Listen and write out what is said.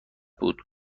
بود